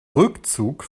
rückzug